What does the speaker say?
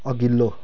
अघिल्लो